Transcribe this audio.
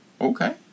Okay